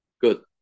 Good